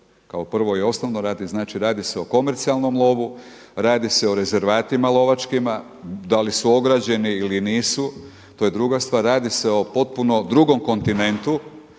kao prvo i osnovno, radi se znači o komercijalnom lovu, radi se o rezervatima lovačkima, da li su ograđeni ili nisu, to je druga stvar, radi se o potpuno drugom kontinentu